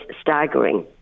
staggering